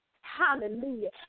Hallelujah